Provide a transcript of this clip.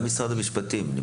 גם משרד המשפטים.